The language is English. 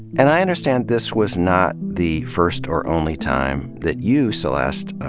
and i understand this was not the first or only time that you, celeste,